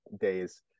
days